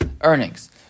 earnings